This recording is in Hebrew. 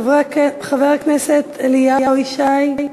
חבר הכנסת אליהו ישי?